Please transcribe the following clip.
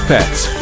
Pets